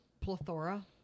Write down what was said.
Plethora